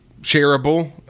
shareable